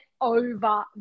over